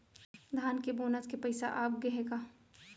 धान के बोनस के पइसा आप गे हे का?